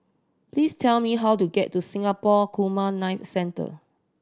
please tell me how to get to Singapore Gamma Knife Centre